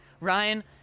ryan